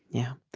yeah.